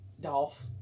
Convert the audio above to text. Dolph